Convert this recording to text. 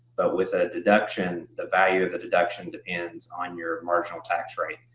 but with a deduction, the value of the deduction depends on your marginal tax rate.